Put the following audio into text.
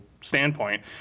standpoint